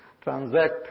transact